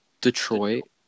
Detroit